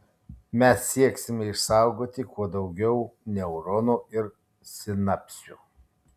mes sieksime išsaugoti kuo daugiau neuronų ir sinapsių